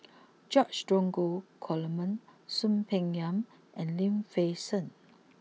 George Dromgold Coleman Soon Peng Yam and Lim Fei Shen